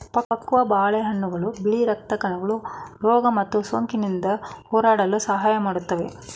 ಪಕ್ವ ಬಾಳೆಹಣ್ಣುಗಳು ಬಿಳಿ ರಕ್ತ ಕಣಗಳು ರೋಗ ಮತ್ತು ಸೋಂಕಿನಿಂದ ಹೋರಾಡಲು ಸಹಾಯ ಮಾಡುತ್ವೆ